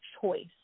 choice